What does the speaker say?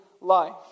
life